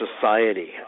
society